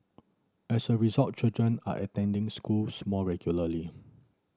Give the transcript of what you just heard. as a result children are attending schools more regularly